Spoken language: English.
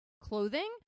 clothing